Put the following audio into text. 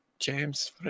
James